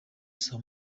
saa